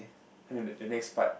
and the next part